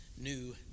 new